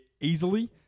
easily